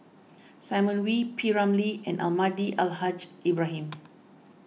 Simon Wee P Ramlee and Almahdi Al Haj Ibrahim